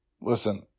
Listen